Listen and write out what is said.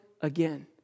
again